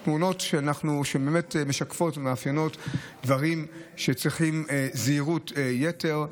אלה תאונות שמשקפות ומאפיינות דברים שצריכים זהירות יתר,